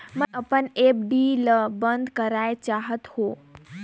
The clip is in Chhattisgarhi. मैं अपन एफ.डी ल बंद करा चाहत हों